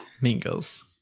mingles